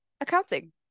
accounting